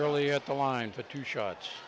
really at the line for two shots